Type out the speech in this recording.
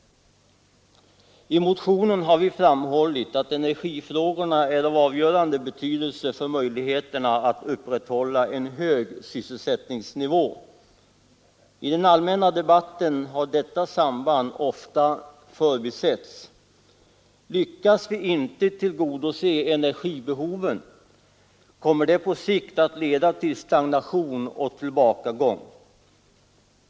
I motionen har vi framhållit att energifrågorna är av avgörande betydelse för möjligheterna att upprätthålla en hög sysselsättningsnivå. I den allmänna debatten har detta samband ofta förbisetts. Lyckas vi inte tillgodose energibehoven kommer det på sikt att leda till stagnation och tillbakagång.